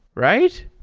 right?